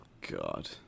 God